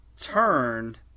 turned